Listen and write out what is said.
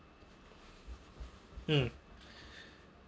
mm